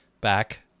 back